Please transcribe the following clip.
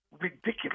Ridiculous